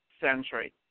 century